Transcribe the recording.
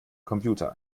computer